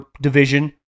division